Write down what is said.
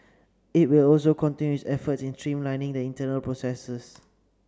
it will also continue its efforts in streamlining the internal processes